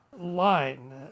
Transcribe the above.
line